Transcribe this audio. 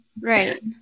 right